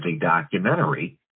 documentary